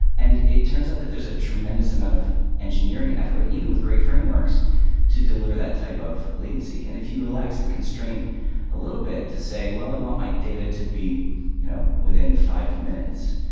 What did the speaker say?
and it turns out that there's a tremendous amount of engineering effort even with great frameworks to deliver that type of latency. and if you relax the constraint a little bit to say, well, i want my data to be you know within five minutes.